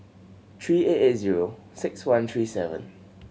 three eight eight zero six one three seven